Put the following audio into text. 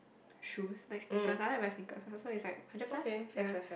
shoe like sneakers I like buy sneakers also is like hundred plus ya